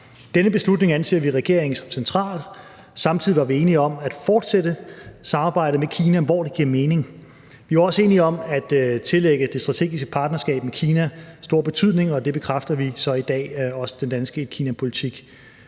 Denne beslutning anser vi i regeringen som central. Samtidig var vi enige om at fortsætte samarbejdet med Kina, hvor det giver mening. Vi var også enige om at tillægge det strategiske partnerskab med Kina stor betydning, og det bekræfter vi så i dag, også med den danske Kinapolitik.